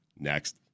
next